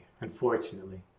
unfortunately